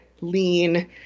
lean